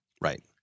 Right